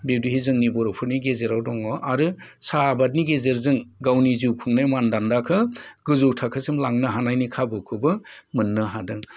बिब्दिहै जोंनि बर'फोरनि गेजेराव दङ आरो साहा आबादनि गेजेरजों गावनि जिउ खुंनाय मानदान्दाखौ गोजौ थाखोसिम लांनो हानायनि खाबुखौबो मोननो हादों